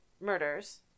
murders